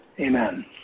Amen